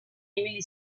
ibili